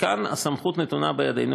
וכאן הסמכות נתונה בידינו,